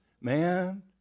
Man